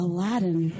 Aladdin